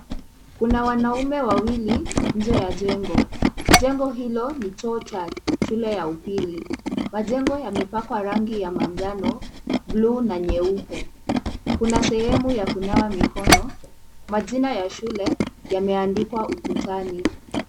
Kuna wanaume wawili nje ya jengo. Jengo hilo ni choo cha shule ya upili. Majengo yamepakwa rangi ya manjano, bluu na nyeupe. Kuna sehemu ya kunawa mikono. Majina ya shule yameandikwa ukutani.